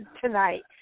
tonight